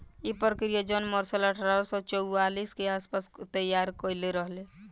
इ प्रक्रिया John Mercer अठारह सौ चौवालीस के आस पास तईयार कईले रहल